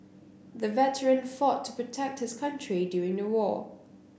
the veteran fought to protect his country during the war